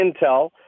Intel